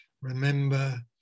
remember